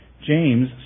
James